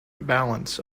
balance